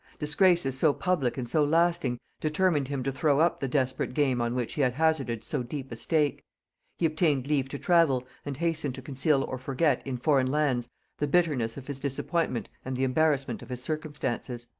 disgraces so public and so lasting determined him to throw up the desperate game on which he had hazarded so deep a stake he obtained leave to travel, and hastened to conceal or forget in foreign lands the bitterness of his disappointment and the embarrassment of his circumstances.